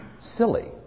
silly